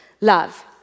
love